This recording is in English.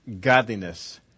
godliness